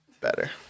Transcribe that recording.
Better